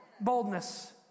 Boldness